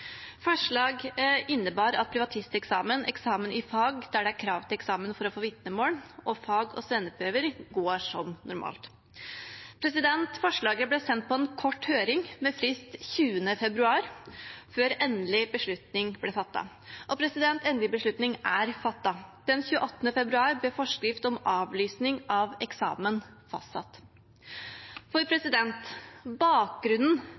innebar at privatisteksamen, eksamen i fag der det er krav til eksamen for å få vitnemål, og fag med svenneprøver, går som normalt. Forslaget ble sendt på en kort høring med frist 20. februar, før endelig beslutning ble fattet – og endelig beslutning er fattet: Den 28. februar ble forskrift om avlysning av eksamen fastsatt. Bakgrunnen for